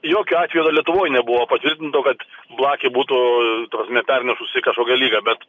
jokio atvejo dar lietuvoj nebuvo patvirtinto kad blakė būtų ta prasme perneštų jisai kažkokią ligą bet